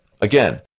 Again